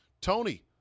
Tony